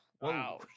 wow